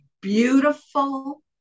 beautiful